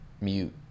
mute